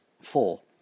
four